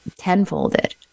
tenfolded